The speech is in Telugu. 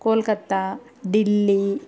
కోల్కతా ఢిల్లీ